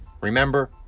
Remember